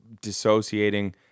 dissociating